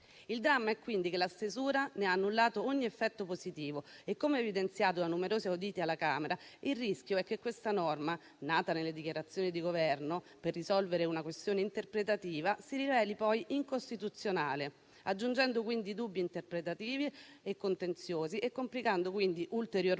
Il dramma è quindi che la stesura ne ha annullato ogni effetto positivo e, come evidenziato da numerosi auditi alla Camera, il rischio è che questa norma, nata, nelle dichiarazioni di Governo, per risolvere una questione interpretativa, si riveli poi incostituzionale, aggiungendo quindi dubbi interpretativi e contenziosi e complicando quindi ulteriormente